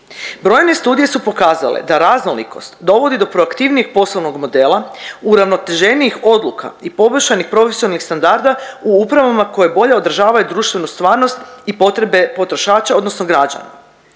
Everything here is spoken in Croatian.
Brojne studije su pokazale da raznolikost dovodi do proaktivnijeg poslovnog modela, uravnoteženijih odluka i poboljšanih profesionalnih standarda u upravama koje bolje održavaju društvenu stvarnost i potrebe potrošača odnosno građana.